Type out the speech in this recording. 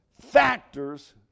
factors